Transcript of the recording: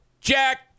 Jack